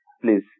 Please